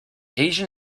asian